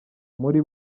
muri